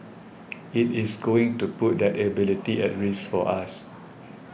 it is going to put that ability at risk for us